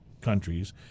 countries